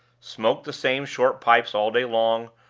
smoked the same short pipes all day long,